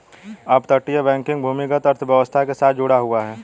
अपतटीय बैंकिंग भूमिगत अर्थव्यवस्था के साथ जुड़ा हुआ है